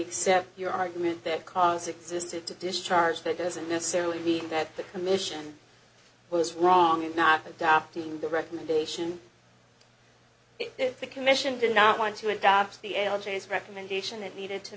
accept your argument that cause existed to discharge that doesn't necessarily mean that the commission was wrong in not adopting the recommendation if the commission did not want to adopt the l g s recommendation and needed to